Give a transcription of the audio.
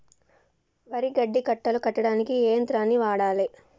వరి గడ్డి కట్టలు కట్టడానికి ఏ యంత్రాన్ని వాడాలే?